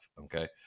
Okay